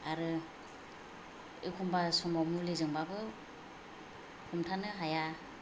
आरो एखम्बा समाव मुलिजोंबाबो हमथानो हाया